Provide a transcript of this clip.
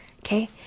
okay